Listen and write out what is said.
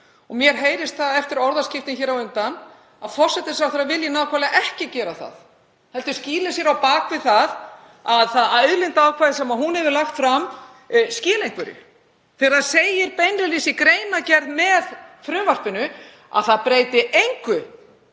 á.“ Mér heyrist, eftir orðaskiptin hér á undan, að forsætisráðherra vilji einmitt gera ekki það, heldur skýlir hún sér á bak við það að auðlindaákvæðið sem hún hefur lagt fram skili einhverju, þegar það segir beinlínis í greinargerð með frumvarpinu að það breyti engu